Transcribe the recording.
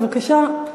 בבקשה,